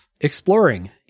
exploring